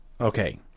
okay